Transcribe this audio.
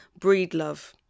Breedlove